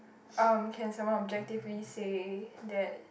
um can someone objectively say that